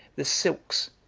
the silks,